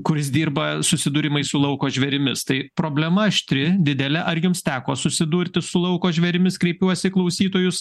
kur jis dirba susidūrimai su lauko žvėrimis tai problema aštri didelė ar jums teko susidurti su lauko žvėrimis kreipiuosi į klausytojus